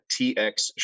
TX